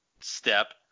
step